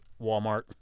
Walmart